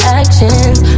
actions